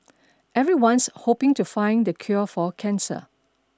everyone's hoping to find the cure for cancer